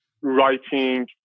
writing